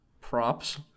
Props